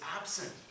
absent